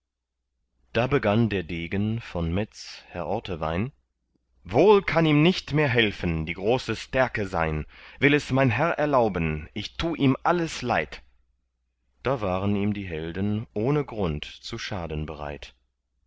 da begann der degen von metz herr ortewein wohl kann ihm nicht mehr helfen die große stärke sein will es mein herr erlauben ich tu ihm alles leid da waren ihm die helden ohne grund zu schaden bereit